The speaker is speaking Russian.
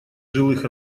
жилых